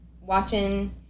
watching